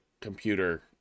computer